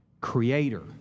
creator